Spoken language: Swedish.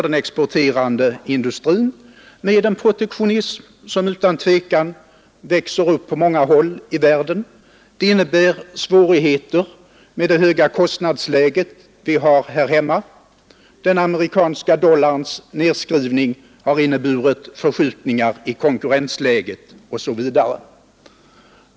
Den protektionism som utan tvivel växer upp på många håll i världen medför svårigheter för den exporterande industrin — med det höga kostnadsläge vi har här hemma — den amerikanska dollarns nedskrivning har inneburit förskjutningar i konkurrensläget osv.